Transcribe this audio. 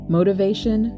Motivation